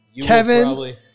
Kevin